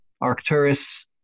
Arcturus